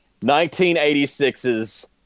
1986's